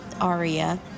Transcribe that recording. Aria